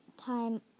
time